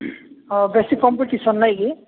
ହଁ ବେଶୀ କମ୍ପିଟିସନ୍ ନାହିଁ କି